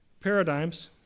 paradigms